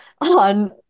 on